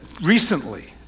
recently